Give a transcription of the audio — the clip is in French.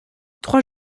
trois